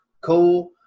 cool